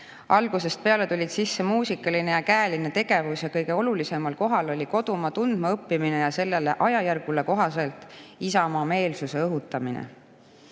Algusest peale tulid sisse muusikaline ja käeline tegevus ja kõige olulisemal kohal oli kodumaa tundmaõppimine ja sellele ajajärgule kohaselt isamaameelsuse õhutamine.